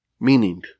meaning